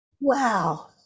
Wow